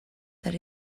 that